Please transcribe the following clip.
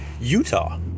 Utah